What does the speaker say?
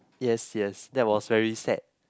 yes yes that was very sad